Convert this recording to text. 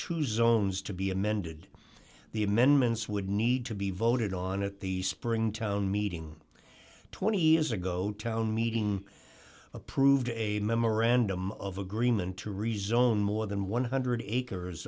two zones to be amended the amendments would need to be voted on at the spring town meeting twenty years ago town meeting approved a memorandum of agreement to rezone more than one hundred